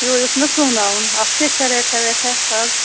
یِہوٚے اوس مےٚ سُوناوُن اَتھ کیٛاہ چھےٚ ریٹھاہ ویٹھاہ آز